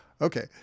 Okay